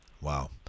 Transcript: Wow